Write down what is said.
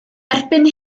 erbyn